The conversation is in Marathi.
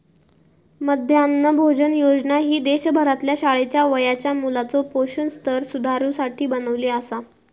मध्यान्ह भोजन योजना ही देशभरातल्या शाळेच्या वयाच्या मुलाचो पोषण स्तर सुधारुसाठी बनवली आसा